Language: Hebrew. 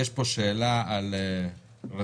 יש פה שאלה על רטרואקטיביות.